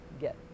get